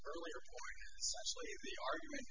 earlier the argument